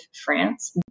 France